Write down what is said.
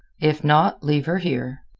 if not, leave her here.